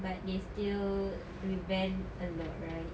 but they still revamped a lot right